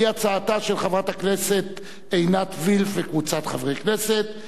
של חברת הכנסת עינת וילף וקבוצת חברי הכנסת,